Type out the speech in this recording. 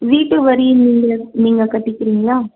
வீட்டு வரி நீங்களே நீங்கள் கட்டிக்கிறீங்களா